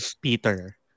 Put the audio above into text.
Peter